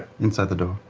inside the door.